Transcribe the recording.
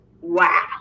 Wow